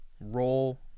roll